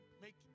make